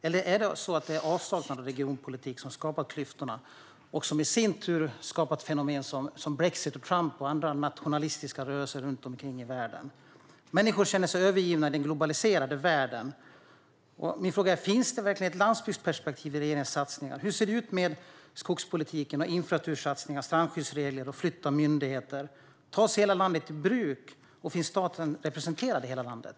Eller är det frånvaron av regionpolitik som skapar klyftorna och som i sin tur har skapat fenomen som brexit, Trump och andra nationalistiska rörelser i världen? Människor känner sig övergivna i den globaliserade världen. Min fråga är: Finns det verkligen ett landsbygdsperspektiv i regeringens satsningar? Hur ser det ut med skogspolitiken, infrastruktursatsningar, strandskyddsreglerna och flytt av myndigheter? Tas hela landet i bruk, och finns staten representerad i hela landet?